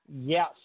Yes